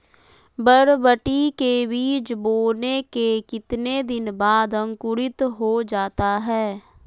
बरबटी के बीज बोने के कितने दिन बाद अंकुरित हो जाता है?